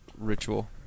ritual